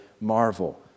marvel